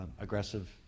aggressive